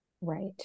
Right